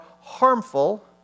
harmful